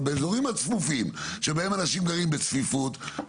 אבל באזורים הצפופים שבהם אנשים גרים בצפיפות,